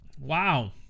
Wow